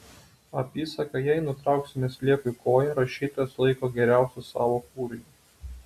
apysaką jei nutrauksime sliekui koją rašytojas laiko geriausiu savo kūriniu